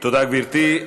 תודה, גברתי.